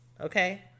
okay